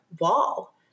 wall